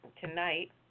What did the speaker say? tonight